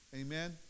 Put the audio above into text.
Amen